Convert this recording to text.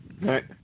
Right